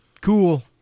Cool